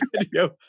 video